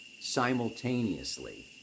simultaneously